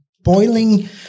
boiling